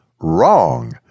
wrong